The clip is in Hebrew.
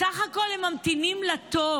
בסך הכול הם ממתינים לתור.